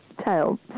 tail